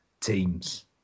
teams